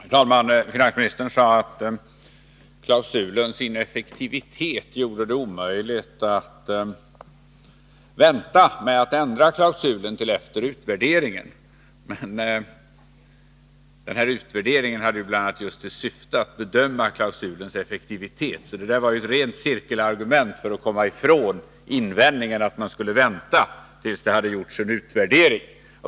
Herr talman! Finansministern sade att generalklausulens ineffektivitet gjorde det omöjligt att vänta med att ändra klausulen till efter utvärderingen. Men denna utvärdering hade ju bl.a. till syfte just att bedöma klausulens effektivitet. Det var alltså fråga om ett rent cirkelargument från finansministerns sida.